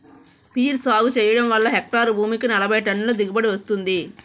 peer సాగు చెయ్యడం వల్ల హెక్టారు భూమికి నలబైటన్నుల దిగుబడీ వస్తుంది